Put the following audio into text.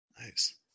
Nice